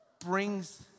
brings